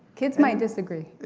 kids might disagree.